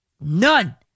None